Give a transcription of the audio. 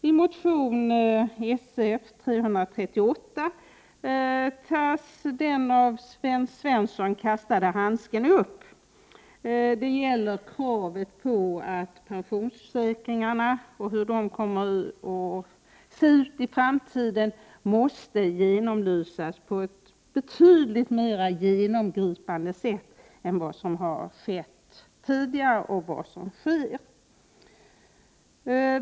I motion Sf338 tas den av Sven Svensson kastade handsken upp. I motionen framförs krav på att pensionsförsäkringarnas utseende i framtiden måste genomlysas på ett betydligt mera genomgripande sätt än som har skett tidigare.